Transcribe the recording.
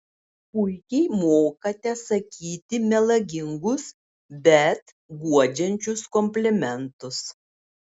puikiai mokate sakyti melagingus bet guodžiančius komplimentus